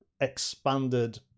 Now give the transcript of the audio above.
expanded